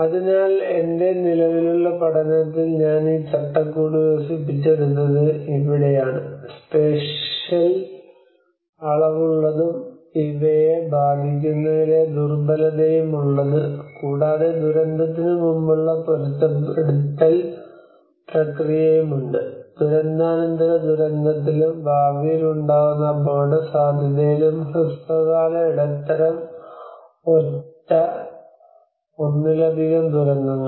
അതിനാൽ എന്റെ നിലവിലുള്ള പഠനത്തിൽ ഞാൻ ഈ ചട്ടക്കൂട് വികസിപ്പിച്ചെടുത്തത് ഇവിടെയാണ് സ്പേഷ്യൽ അളവുള്ളതും ഇവയെ ബാധിക്കുന്നതിലെ ദുർബലതയും ഉള്ളത് കൂടാതെ ദുരന്തത്തിന് മുമ്പുള്ള പൊരുത്തപ്പെടുത്തൽ പ്രക്രിയയും ഉണ്ട് ദുരന്താനന്തര ദുരന്തത്തിലും ഭാവിയിൽ ഉണ്ടാകുന്ന അപകടസാധ്യതയിലും ഹ്രസ്വകാല ഇടത്തരം ഒറ്റ ഒന്നിലധികം ദുരന്തങ്ങൾ